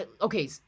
okay